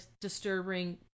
disturbing